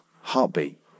heartbeat